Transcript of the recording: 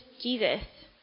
Jesus